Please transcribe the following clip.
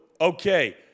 okay